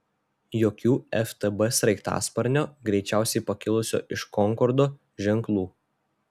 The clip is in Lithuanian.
jokių ftb sraigtasparnio greičiausiai pakilusio iš konkordo ženklų